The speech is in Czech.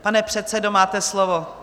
Pane předsedo, máte slovo.